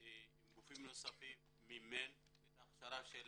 עם גופים ואחרים ומימן את ההכשרה של